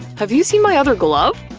have you seen my other glove?